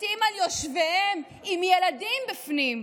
בתים על יושביהם, עם ילדים בפנים,